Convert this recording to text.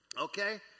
Okay